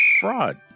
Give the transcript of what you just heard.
Fraud